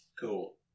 Cool